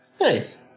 Nice